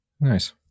Nice